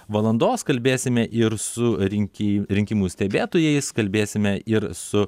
valandos kalbėsime ir su rinkėjų rinkimų stebėtojais kalbėsime ir su